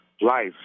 life